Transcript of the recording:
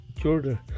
Jordan